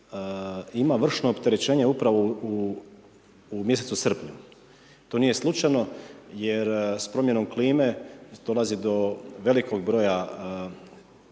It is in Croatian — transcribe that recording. ima vršno opterećenje upravo u mjesecu srpnju. To nije slučajno jer s promjenom klime dolazi do velikog broja